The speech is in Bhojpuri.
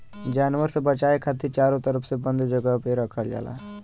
जानवर से बचाये खातिर चारो तरफ से बंद जगह पे रखल जाला